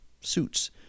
Suits